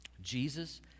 Jesus